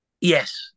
Yes